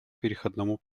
переходному